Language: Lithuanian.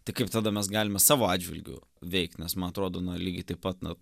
tik kaip tada mes galime savo atžvilgiu veikt nes man atrodo na lygiai taip pat nu